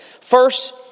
First